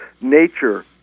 nature